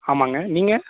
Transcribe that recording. ஆமாங்க நீங்கள்